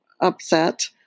upset